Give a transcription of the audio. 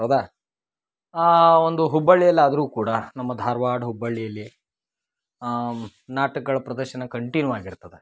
ಹೌದಾ ಒಂದು ಹುಬ್ಬಳ್ಳಿಯಲ್ಲಿ ಆದರು ಕೂಡ ನಮ್ಮ ಧಾರ್ವಾಡ ಹುಬ್ಬಳ್ಳಿಯಲ್ಲಿ ನಾಟಕ್ಗಳ ಪ್ರದರ್ಶನ ಕಂಟಿನ್ಯೂ ಆಗಿರ್ತದೆ